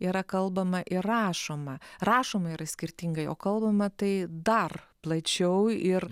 yra kalbama ir rašoma rašoma yra skirtingai o kalbama tai dar plačiau ir